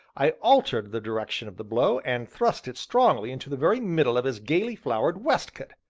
i altered the direction of the blow, and thrust it strongly into the very middle of his gayly flowered waistcoat.